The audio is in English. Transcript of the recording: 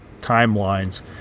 timelines